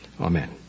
Amen